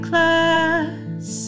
Class